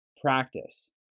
practice